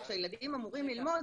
כשהילדים אמורים ללמוד,